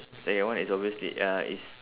second one is obviously uh is